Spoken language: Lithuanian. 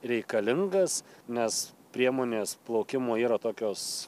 reikalingas nes priemonės plaukimo yra tokios